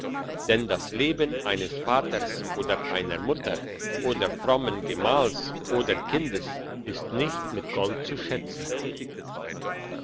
denn das leben eines vaters oder einer mutter oder frommen gemahls oder kindes ist nicht mit gold zu schätzen